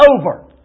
over